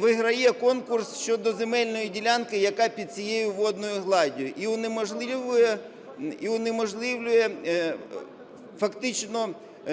виграє конкурс щодо земельної ділянки, яка під цією водною гладдю, і унеможливлює фактично